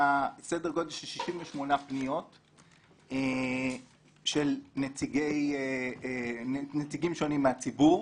סדר גודל של 68 פניות של נציגים שונים מהציבור.